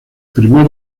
primer